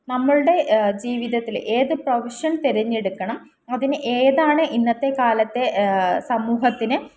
നമ്മളുടെ ജീവിതത്തിൽ ഏത് പ്രൊഫഷൻ തിരഞ്ഞെടുക്കണം അതിന് ഏതാണ് ഇന്നത്തെക്കാലത്തെ സമൂഹത്തിന്